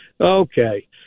Okay